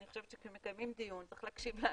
אני חושבת שכשמקיימים דיון צריך להקשיב לאנשים,